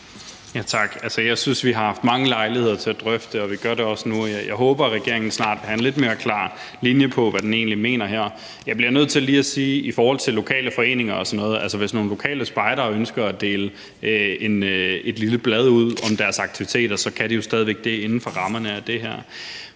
Tak. Jeg synes, vi har haft mange lejligheder til at drøfte det, og vi gør det også nu. Jeg håber, at regeringen snart har en lidt mere klar linje i forhold til, hvad den egentlig mener her. Jeg bliver nødt til lige at sige noget i forhold til lokale foreninger osv. Altså, hvis nogle lokale spejdere ønsker at dele et lille blad ud om deres aktiviteter, kan de jo stadig væk det inden for rammerne af det her.